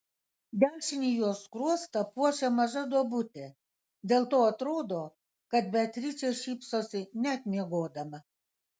dešinįjį jos skruostą puošia maža duobutė dėl to atrodo kad beatričė šypsosi net miegodama